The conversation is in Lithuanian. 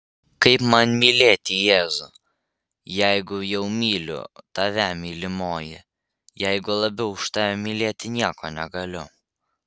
kaip man mylėti jėzų jeigu jau myliu tave mylimoji jeigu labiau už tave mylėti nieko negaliu